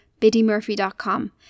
biddymurphy.com